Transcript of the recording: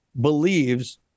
believes